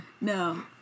No